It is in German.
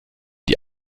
die